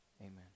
amen